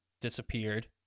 disappeared